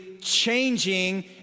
changing